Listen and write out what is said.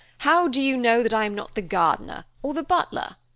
how do you know that i am not the gardener or the butler?